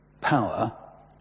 Power